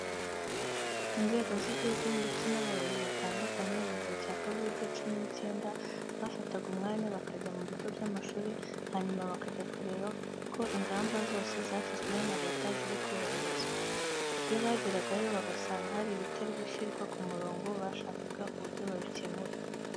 Inzego z'igihugu ndetse n'abayobozi batandukanye mu gihe cya kovidi cumi n'icyenda bafataga umwanya bakajya mu bigo by'amashuri, hanyuma bakajya kureba ko ingamba zose zashyizweho na Leta ziri kubahirizwa. Iyo bageragayo bagasanga hari ibitari gushyirwa ku murongo bashakaga uburyo babikemura.